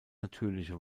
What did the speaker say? natürliche